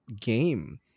game